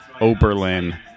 Oberlin